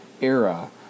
era